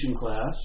class